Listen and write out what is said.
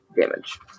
damage